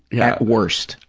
yeah worst.